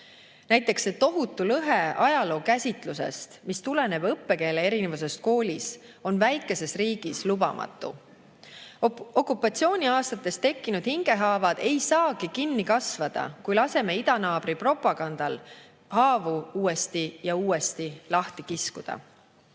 Näiteks see tohutu lõhe ajalookäsitluses, mis tuleneb õppekeele erinevusest koolis, on väikeses riigis lubamatu. Okupatsiooniaastatest tekkinud hingehaavad ei saagi kinni kasvada, kui laseme idanaabri propagandal haavu uuesti ja uuesti lahti kiskuda.